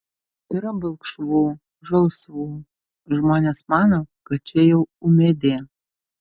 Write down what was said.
yra balkšvų žalsvų žmonės mano kad čia jau ūmėdė